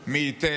מי ייתן